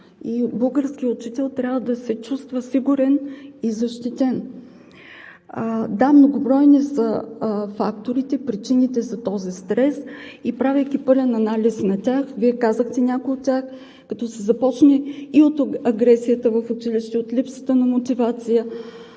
българският учител трябва да се чувства сигурен и защитен. Да, многобройни са факторите, причините за този стрес. И правейки пълен анализ на тях – Вие казахте някои от тях, като се започне от агресията в училище, от липсата на мотивация,